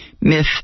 Myth